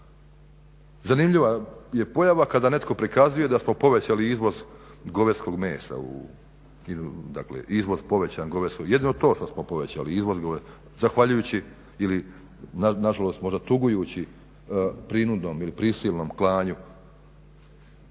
Zanimljiva je pojava kada netko prikazuje da smo povećali izvoz govedskog mesa, dakle izvoz povećan govedskog, jedino to što smo povećali zahvaljujući ili nažalost možda tugujući prinudnom ili prisilnom klanju